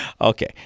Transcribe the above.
Okay